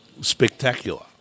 spectacular